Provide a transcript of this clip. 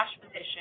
position